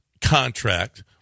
contract